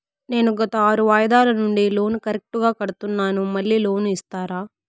నేను గత ఆరు వాయిదాల నుండి లోను కరెక్టుగా కడ్తున్నాను, మళ్ళీ లోను ఇస్తారా?